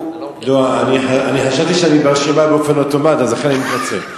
אני חשבתי שאני ברשימה באופן אוטומטי ולכן אני מתנצל.